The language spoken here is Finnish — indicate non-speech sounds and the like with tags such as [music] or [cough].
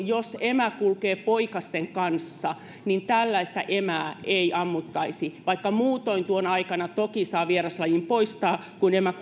[unintelligible] jos emä kulkee poikasten kanssa silloin kun on pesimäaika niin tällaista emää ei ammuttaisi muutoin tuona aikana toki saa vieraslajin poistaa kun emä [unintelligible]